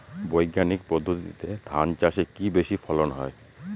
বৈজ্ঞানিক পদ্ধতিতে ধান চাষে কি বেশী ফলন হয়?